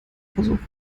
versuch